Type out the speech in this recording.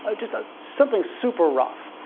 so just ah something super rough.